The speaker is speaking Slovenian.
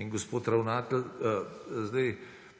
In gospod ravnatelj … zdaj